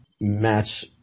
match